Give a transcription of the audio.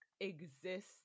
exist